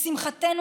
לשמחתנו,